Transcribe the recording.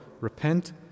repent